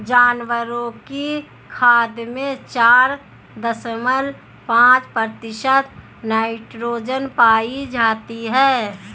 जानवरों की खाद में चार दशमलव पांच प्रतिशत नाइट्रोजन पाई जाती है